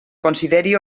consideri